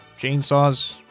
chainsaws